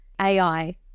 AI